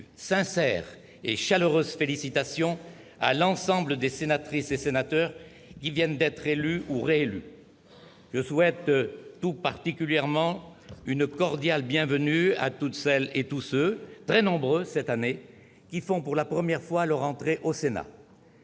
sincères et chaleureuses félicitations à l'ensemble des sénatrices et sénateurs qui viennent d'être élus ou réélus. Je souhaite tout particulièrement une cordiale bienvenue à toutes celles et à tous ceux, très nombreux cette année, qui font pour la première fois leur entrée au Sénat.